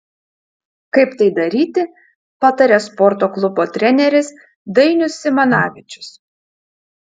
kaip tai daryti pataria sporto klubo treneris dainius simanavičius